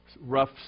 rough